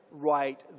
right